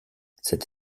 cette